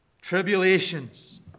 Tribulations